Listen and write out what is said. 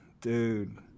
Dude